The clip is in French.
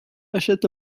achète